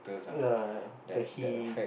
ya ya the heat